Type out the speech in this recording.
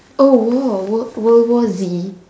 oh world uh world world war Z